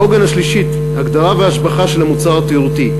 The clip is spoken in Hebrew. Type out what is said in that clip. העוגן השלישי, הגדרה והשבחה של המוצר התיירותי.